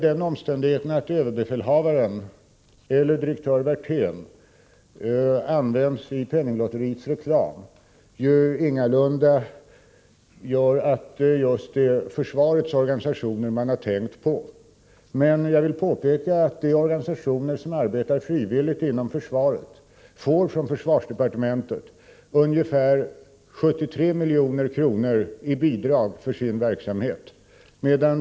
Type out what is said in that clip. Den omständigheten att överbefälhavaren och direktör Werthén används i penninglotteriets reklam innebär ingalunda att det är just försvarets organisationer som man har tänkt på. Jag vill påpeka att de organisationer som arbetar frivilligt inom försvaret från försvarsdepartementet får ungefär 73 milj.kr. per år i bidrag för sin verksamhet.